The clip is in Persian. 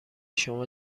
شما